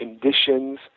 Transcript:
conditions